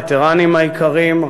הווטרנים היקרים,